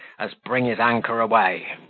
as bring his anchor aweigh!